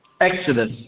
Exodus